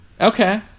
Okay